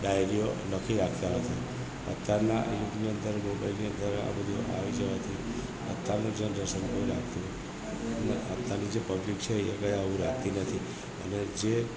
ડાયરીઓ લખી રાખતા હતા અત્યારનાં યુગની અંદર મોબાઇલની અંદર આ બધું આવી જવાથી અત્યારની જનરેશન કંઈ રાખતી ને અત્યારની જે પબ્લીક છે એ કાંઈ આવું રાખતી નથી અને જે